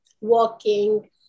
walking